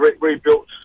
rebuilt